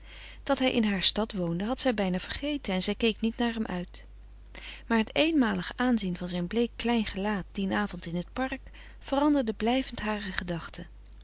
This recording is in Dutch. dat hij in haar stad woonde had ze bijna vergeten en zij keek niet naar hem uit maar het eenmalig aanzien van zijn bleek klein gelaat dien avond in het park veranderde blijvend hare gedachten